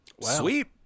Sweet